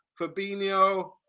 Fabinho